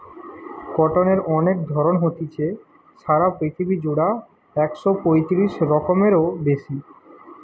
কটনের অনেক ধরণ হতিছে, সারা পৃথিবী জুড়া একশ পয়তিরিশ রকমেরও বেশি